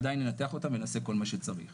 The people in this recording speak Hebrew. עדיין ננתח אותם ונעשה כל מה שצריך.